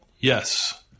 Yes